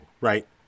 right